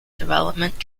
development